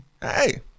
hey